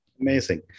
Amazing